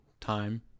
time